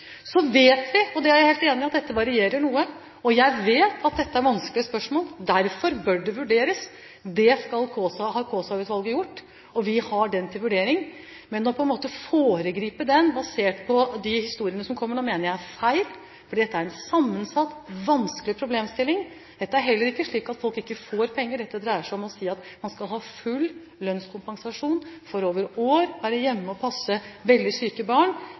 Så vet vi – det er jeg helt enig i – at dette varierer noe, og jeg vet at dette er vanskelige spørsmål. Derfor bør det vurderes. Det har Kaasa-utvalget gjort. Vi har utvalgsinnstillingen til vurdering. Men på en måte å foregripe den basert på de historiene som kommer nå, mener jeg er feil, for dette er en sammensatt, vanskelig problemstilling. Det er heller ikke slik at folk ikke får penger. Dette dreier seg om å si at man skal ha full lønnskompensasjon for over år å være hjemme og passe veldig syke barn.